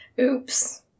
Oops